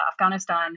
Afghanistan